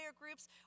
groups